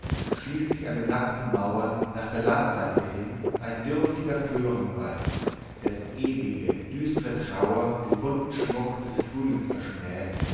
schließt sich an die nackten mauern nach der landseite hin ein dürftiger föhrenwald dessen ewige düstre trauer den bunten schmuck des frühlings verschmäht